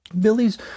Billy's